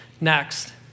Next